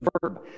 verb